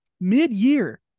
mid-year